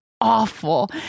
awful